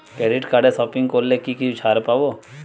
Credit কার্ডে shopping করলে কি কিছু ছাড় পাব?